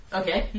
okay